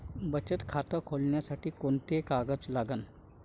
बचत खात खोलासाठी कोंते कागद लागन?